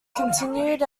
continued